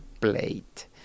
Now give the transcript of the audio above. plate